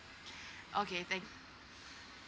okay thank